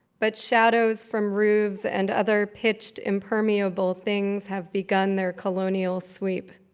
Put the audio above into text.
but shadows from roofs and other pitched impermeable things have begun their colonial sweep.